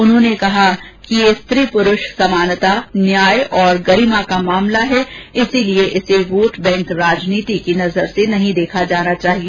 उन्होंने कहा कि यह स्त्री पुरूष समानता न्याय और गरिमा का मामला है इसलिए इसे वोट बैंक राजनीति की नजर से नहीं देखना चाहिए